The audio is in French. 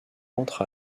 entre